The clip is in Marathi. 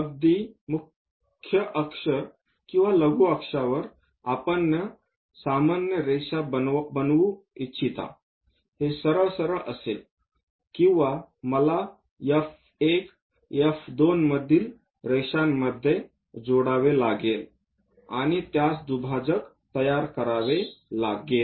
अगदी मुख्य अक्ष किंवा लघु अक्षांवर आपण सामान्य रेषा बनवू इच्छिता हे सरळ असेल किंवा मला F1 F2 मधील रेषांमध्ये जोडावे लागेल आणि त्यास दुभाजक करावे लागेल